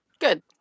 Good